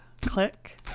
Click